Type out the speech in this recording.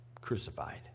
crucified